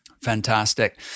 fantastic